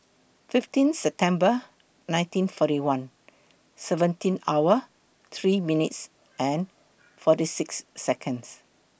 fifteen September nineteen forty one seventeen hour three minutes and forty six Seconds